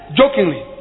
jokingly